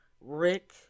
rick